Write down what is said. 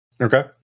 Okay